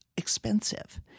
expensive